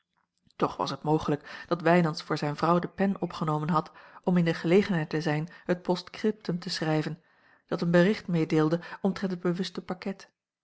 toch was het mogelijk dat wijnands voor zijne vrouw de pen opgenomen had om in de gelegenheid te zijn het postscriptum te schrijven dat een bericht meedeelde omtrent het bewuste pakket